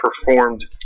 performed